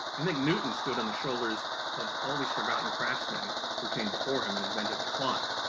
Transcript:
i think newton stood on the shoulders of all these forgotten craftsmen who came before him and invented the clock.